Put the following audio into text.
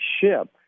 ship